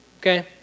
okay